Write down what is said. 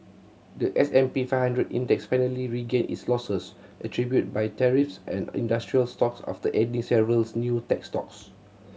the S and P five hundred Index finally regained its losses attributed by tariffs on industrial stocks after adding several new tech stocks